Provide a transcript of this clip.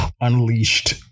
unleashed